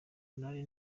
nari